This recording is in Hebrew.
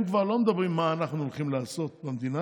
הם כבר לא מדברים על מה הם הולכים לעשות במדינה,